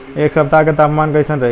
एह सप्ताह के तापमान कईसन रही?